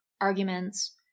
arguments